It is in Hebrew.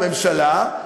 בממשלה,